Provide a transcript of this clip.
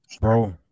Bro